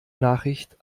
nachricht